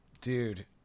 Dude